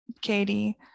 Katie